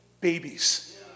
Babies